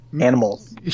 animals